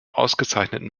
ausgezeichneten